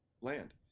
land